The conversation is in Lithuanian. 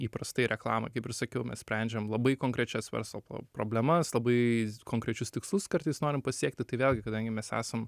įprastai reklamoj kaip ir sakiau mes sprendžiam labai konkrečias verslo problemas labai konkrečius tikslus kartais norim pasiekti tai vėlgi kadangi mes esam